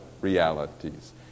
realities